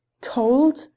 Cold